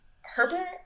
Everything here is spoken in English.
Herbert